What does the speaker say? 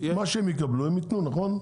שהם יקבלו הם יתנו, נכון?